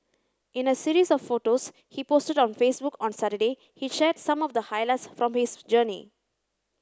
in a series of photos he posted on Facebook on Saturday he shared some of the highlights from his journey